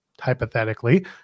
hypothetically